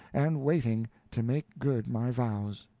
and waiting to make good my vows.